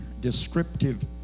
descriptive